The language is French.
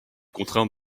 contraint